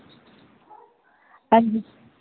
हांजी